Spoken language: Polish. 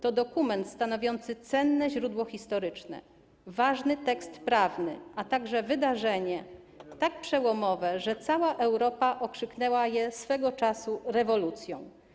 To dokument stanowiący cenne źródło historyczne, ważny tekst prawny, a także wydarzenie tak przełomowe, że cała Europa okrzyknęła je swego czasu rewolucją.